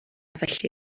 felly